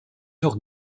eurent